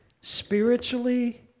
spiritually